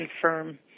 confirm